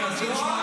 אוי, נו, באמת.